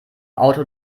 auto